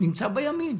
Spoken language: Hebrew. נמצא בימין.